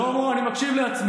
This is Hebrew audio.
שלמה, אני מקשיב לעצמי.